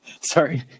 Sorry